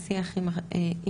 בשיח עם הארגונים.